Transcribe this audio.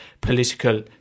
political